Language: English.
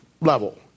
level